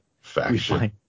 faction